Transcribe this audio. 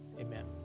Amen